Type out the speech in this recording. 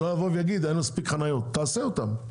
שלא יבואו ויגידו אין מספיק חניות, תעשה אותם.